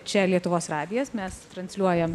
čia lietuvos radijas mes transliuojam